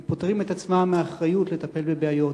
הם פוטרים את עצמם מאחריות לטפל בבעיות.